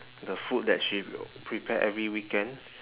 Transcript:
the food that she will prepare every weekend